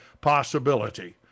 possibility